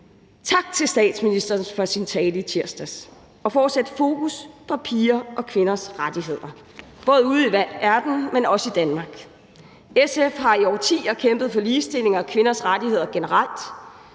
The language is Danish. Tak til statsministeren for hendes tale i tirsdags og for at sætte fokus på piger og kvinders rettigheder, både ude i verden og i Danmark. SF har i årtier kæmpet for ligestilling og kvinders rettigheder generelt,